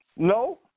No